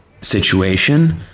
situation